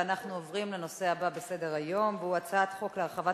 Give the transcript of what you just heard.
ואנחנו עוברים לנושא הבא בסדר-היום: הצעת חוק להרחבת